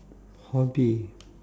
hobby